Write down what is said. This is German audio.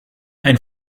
ein